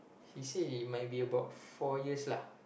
he say he might be about four years lah